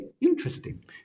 interesting